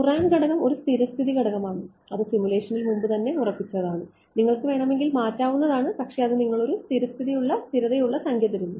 കുറാൻ്റ് ഘടകം ഒരു സ്ഥിരസ്ഥിതി ഘടകമാണ് അത് സിമുലേഷനിൽ മുൻപുതന്നെ ഉറപ്പിച്ചതാണ് നിങ്ങൾക്ക് വേണമെങ്കിൽ മാറ്റാവുന്നതാണ് പക്ഷേ അത് നിങ്ങൾക്ക് ഒരു സ്ഥിരസ്ഥിതിയുള്ള സ്ഥിരതയുള്ള സംഖ്യ തരുന്നു